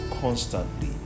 constantly